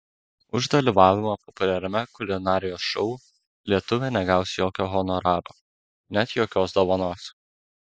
už dalyvavimą populiariame kulinarijos šou lietuvė negaus jokio honoraro net jokios dovanos